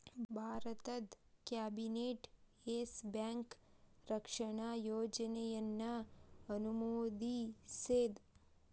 ಭಾರತದ್ cabinet yes bank ರಕ್ಷಣಾ ಯೋಜನೆಯನ್ನ ಅನುಮೋದಿಸೇದ್